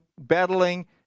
battling